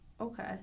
Okay